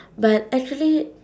but actually